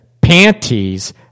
panties